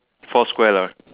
four square lah right